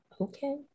Okay